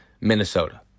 Minnesota